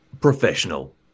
professional